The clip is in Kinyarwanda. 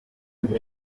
ngo